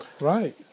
right